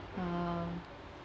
um